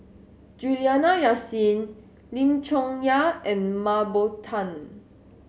Juliana Yasin Lim Chong Yah and Mah Bow Tan